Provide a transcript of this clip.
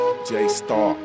J-Star